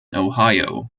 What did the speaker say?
ohio